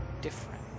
different